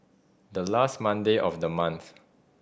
the last Monday of the month